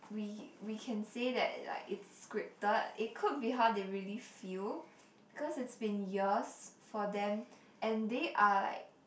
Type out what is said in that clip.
we we can say that like it's scripted it could be how they really feel because it's been years for them and they are like